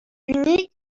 unies